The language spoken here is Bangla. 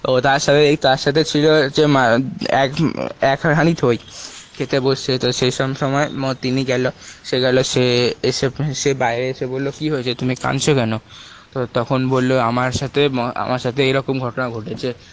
ও তার সাথে তার সাথে ছিল হচ্ছে এক এক হাঁড়ি দই খেতে বসছে তো সেই সময় মধ্যে তিনি গেলো সে গেলো সে এসে সে বাইরে এসে বললো কি হয়েছে তুমি কাঁদছো কেনো তো তখন বললো আমার সাথে আমার সাথে এইরকম ঘটনা ঘটেছে